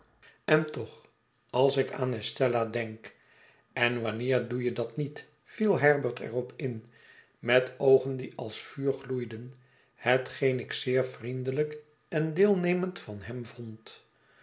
en toch als ik aan estelladenk en wanneer doe je dat niet viel herbert er op in met oogen die als vuur gloeide'n hetgeen ik zeer vriendelijk en deelnemend van hem vond